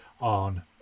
on